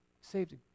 Saved